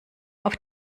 auf